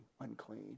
unclean